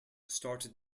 started